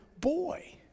boy